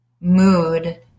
mood